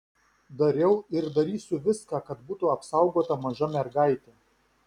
dariau ir darysiu viską kad būtų apsaugota maža mergaitė